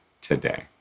today